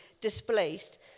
displaced